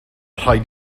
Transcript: rhaid